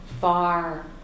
far